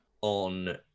on